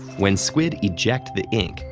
when squid eject the ink,